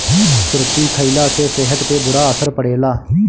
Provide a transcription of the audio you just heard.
सुरती खईला से सेहत पे बुरा असर पड़ेला